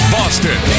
Boston